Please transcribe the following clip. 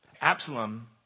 Absalom